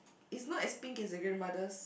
it's not as pink as his grandmothers